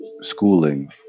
schooling